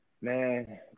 Man